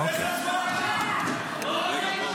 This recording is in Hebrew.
אוקיי.